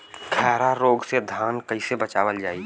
खैरा रोग से धान कईसे बचावल जाई?